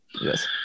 Yes